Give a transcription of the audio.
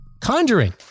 Conjuring